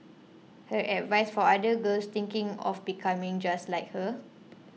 her advice for other girls thinking of becoming just like her